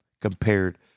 compared